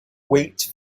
wait